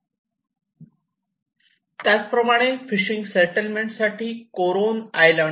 त्याचप्रमाणे fishing settlement साठी कोरोन आयलँड आहे